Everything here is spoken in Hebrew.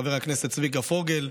וחבר הכנסת צביקה פוגל,